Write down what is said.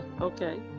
Okay